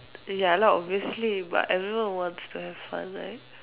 ya lah obviously but I don't know what's to have fun like